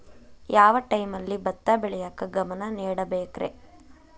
ಯಾವ್ ಟೈಮಲ್ಲಿ ಭತ್ತ ಬೆಳಿಯಾಕ ಗಮನ ನೇಡಬೇಕ್ರೇ?